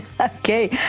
okay